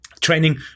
Training